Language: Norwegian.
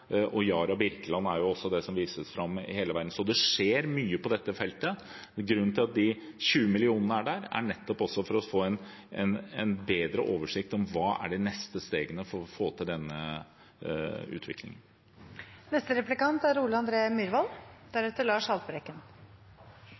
og «Yara Birkeland» er det som vises fram i hele verden. Så det skjer mye på dette feltet. Grunnen til at de 20 mill. kr er der, er nettopp at man skal få en bedre oversikt over hva som er de neste stegene for å få til denne